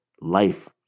life